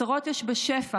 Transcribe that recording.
הצהרות יש בשפע.